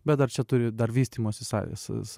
bet dar čia turi dar vystymosi sąl s